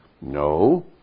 No